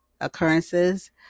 occurrences